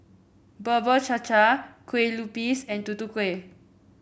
Bubur Cha Cha Kue Lupis and Tutu Kueh